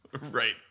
Right